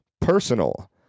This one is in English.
personal